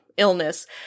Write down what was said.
illness